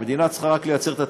המדינה צריכה רק לייצר את התנאים,